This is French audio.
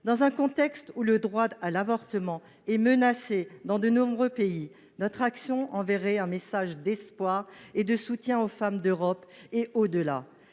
Dans un contexte où le droit à l’avortement est menacé dans de nombreux pays, notre action enverrait un message d’espoir et de soutien aux femmes d’Europe et au delà.